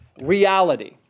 reality